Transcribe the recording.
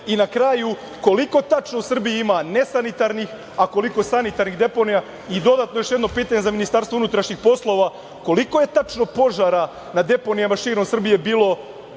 i na kraju, koliko tačno u Srbiji ima nesanitarnih, a koliko sanitarnih deponija? Dodatno još jedno pitanje za MUP – koliko je tačno požara na deponijama širom Srbije bilo